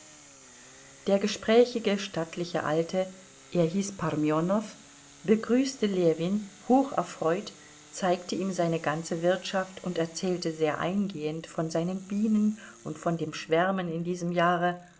der gesprächige stattliche alte er hieß parmenow begrüßte ljewin hocherfreut zeigte ihm seine ganze wirtschaft und erzählte sehr eingehend von seinen bienen und von dem schwärmen in diesem jahre